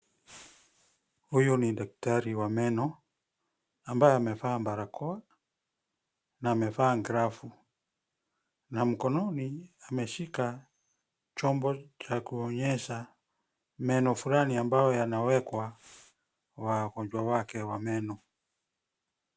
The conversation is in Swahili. Huyu ni daktari wa meno, ambaye amevaa barakoa na amevaa glovu na mkononi ameshika chombo cha kuonyesha meno fulani ambayo yanawekwa wagonjwa wake wa meno.